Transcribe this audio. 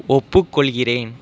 ஒப்புக்கொள்கிறேன்